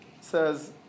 says